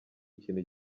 ikintu